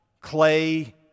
clay